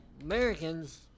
Americans